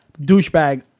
Douchebag